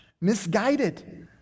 misguided